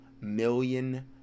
million